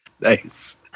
Nice